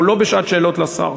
אנחנו לא בשעת שאלות לשר.